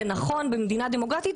זה נכון במדינה דמוקרטית,